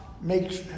makes